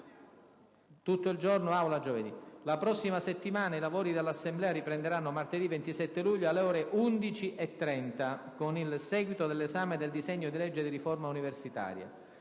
ore 16, non avrà luogo. La prossima settimana, i lavori dell'Assemblea riprenderanno martedì 27 luglio, alle ore 11,30, con il seguito dell'esame del disegno di legge di riforma universitaria.